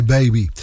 Baby